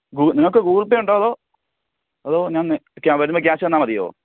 നിങ്ങൾക്ക് ഗൂഗിള് പേയുണ്ടോ അതോ അതോ ഞാൻ വരുമ്പം ക്യാഷ് തന്നാൽ മതിയോ